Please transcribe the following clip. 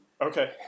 Okay